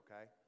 okay